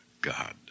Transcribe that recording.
God